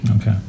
Okay